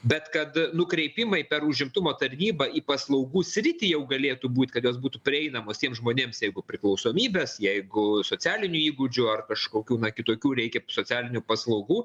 bet kad nukreipimai per užimtumo tarnybą į paslaugų sritį jau galėtų būt kad jos būtų prieinamos tiems žmonėms jeigu priklausomybės jeigu socialinių įgūdžių ar kažkokių na kitokių reikia socialinių paslaugų